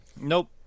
Nope